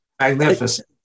Magnificent